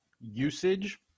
usage